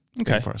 Okay